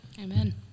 Amen